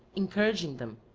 encouraging them,